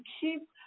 keep